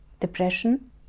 depression